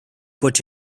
put